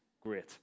Great